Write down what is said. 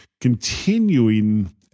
continuing